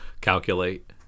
calculate